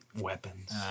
weapons